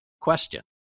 Question